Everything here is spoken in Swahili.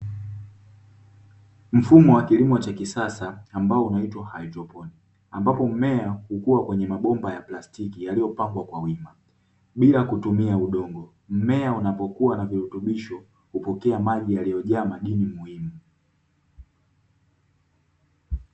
Mfumo wa kilimo cha kisasa ambao unaitwa haidroponi; ambapo mmea hukua kwenye mabomba ya plastiki yaliyopangwa kwa wima, bila kutumia udongo. Mmea unapokuwa na virutubisho hupokea maji yaliyojaa madini muhimu.